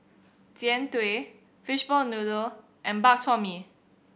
Jian Dui fishball noodle and Bak Chor Mee